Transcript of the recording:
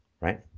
Right